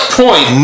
point